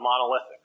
monolithic